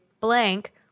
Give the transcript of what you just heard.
blank –